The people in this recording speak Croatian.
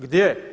Gdje?